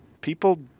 people